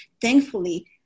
Thankfully